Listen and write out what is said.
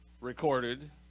recorded